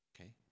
Okay